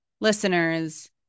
listeners